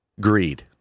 greed